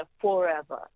forever